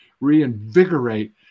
reinvigorate